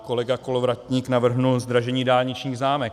Kolega Kolovratník navrhl zdražení dálničních známek.